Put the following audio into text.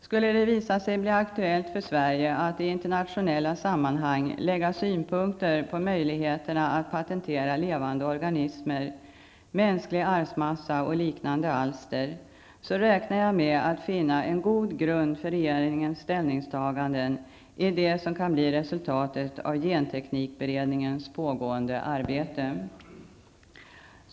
Skulle det visa sig att det blir aktuellt för Sverige att i internationella sammanhang anlägga synpunkter på möjligheterna att patentera levande organismer, mänsklig arvsmassa och liknande alster räknar jag med att finna en god grund för regeringens ställningstaganden i det som kan bli resultatet av genteknikberedningens pågående arbete.